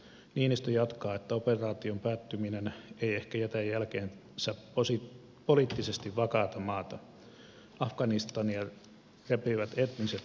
niinistö jatkaa että operaation päättyminen ei ehkä jätä jälkeensä poliittisesti vakaata maata afganistania repivät etniset jännitteet